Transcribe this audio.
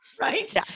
Right